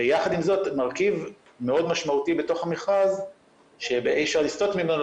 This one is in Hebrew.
ויחד עם זאת מרכיב מאוד משמעותי בתוך המכרז שאי אפשר לסטות ממנו,